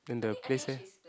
and the place eh